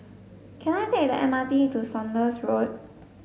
can I take the M R T to Saunders Road